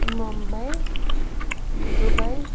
Mumbai Dubai